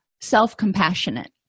self-compassionate